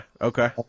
okay